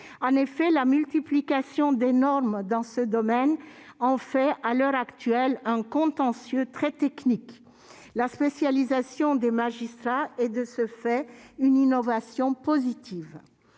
En effet, la multiplication des normes dans ce domaine en fait, à l'heure actuelle, un contentieux très technique. La spécialisation des magistrats est de ce fait une innovation positive.